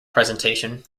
presentation